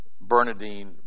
Bernadine